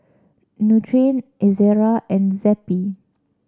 Nutren Ezerra and Zappy